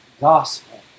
gospel